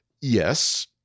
yes